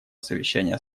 совещания